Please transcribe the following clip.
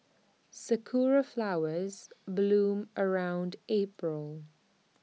Sakura Flowers bloom around April